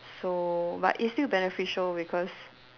so but it's still beneficial because